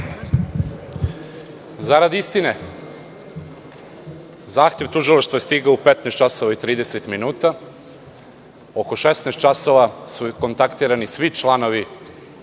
Zarad istine, zahtev tužilaštva je stigao u 15,30 časova. Oko 16,00 časova su kontaktirani svi članovi